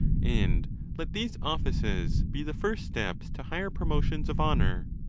and let these offices be the first steps to higher promotions of honour.